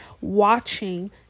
watching